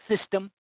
system